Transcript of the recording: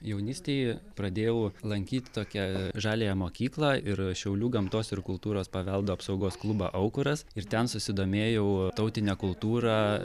jaunystėje pradėjau lankyt tokią žaliąją mokyklą ir šiaulių gamtos ir kultūros paveldo apsaugos klubą aukuras ir ten susidomėjau tautine kultūra